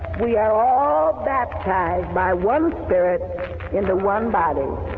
we are all baptized by one spirit in the one body.